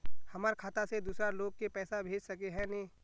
हमर खाता से दूसरा लोग के पैसा भेज सके है ने?